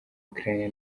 ukraine